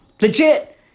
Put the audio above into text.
Legit